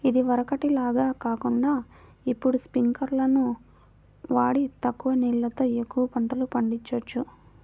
ఇదివరకటి లాగా కాకుండా ఇప్పుడు స్పింకర్లును వాడి తక్కువ నీళ్ళతో ఎక్కువ పంటలు పండిచొచ్చు